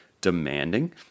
demanding